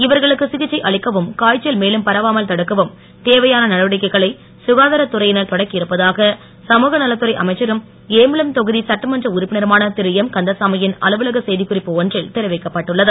இவர்களுக்கு சிகிச்சை அளிக்கவும் காய்ச்சல் மேலும் பரவாமல் தடுக்கவும் தேவையான நடவடிக்கைகளை சுகாதாரத் துறையினர் தொடக்கி இருப்பதாக சமூகநலத்துறை அமைச்சரும் ஏம்பலம் தொகுதி சட்டமன்ற உறுப்பினருமான திரு எம் கந்தசாமியின் அலுவலகம் புதுவையில் இன்று வெளியிட்டுன்ன அறிக்கையில் தெரிவித்துள்ளது